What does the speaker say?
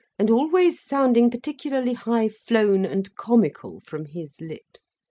and always sounding particularly high-flown and comical from his lips.